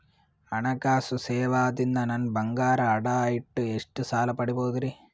ಹಣಕಾಸು ಸೇವಾ ದಿಂದ ನನ್ ಬಂಗಾರ ಅಡಾ ಇಟ್ಟು ಎಷ್ಟ ಸಾಲ ಪಡಿಬೋದರಿ?